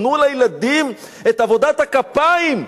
תנו לילדים את עבודת הכפיים,